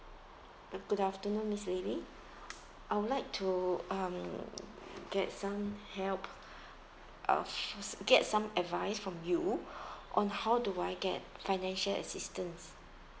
uh good afternoon miss lily I would like to um get some help uh s~ get some advice from you on how do I get financial assistance